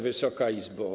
Wysoka Izbo!